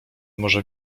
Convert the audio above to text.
może